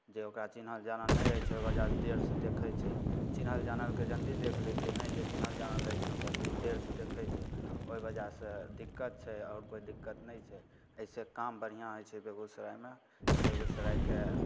जे ओकरा चिन्हल जानल नहि रहै छै ओकरा देर सऽ देखै छै चिन्हल जानलके जल्दी देख लै छै नहि जे चिन्हल जानल रहै छै ओकरा तनी देर से देखै छै ओहि बजह सऽ दिक्कत छै आओर कोइ दिक्कत नहि छै एहि से काम बढ़िऑं होइ छै बेगूसरायमे बेगूसरायके